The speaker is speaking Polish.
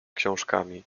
książkami